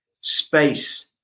space